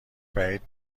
بعید